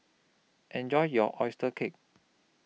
Enjoy your Oyster Cake